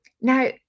now